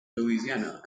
louisiana